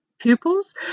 pupils